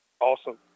awesome